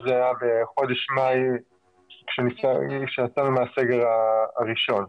אז זה היה בחודש מאי כשיצאנו מהסגר הראשון.